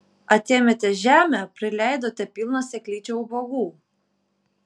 atėmėte žemę prileidote pilną seklyčią ubagų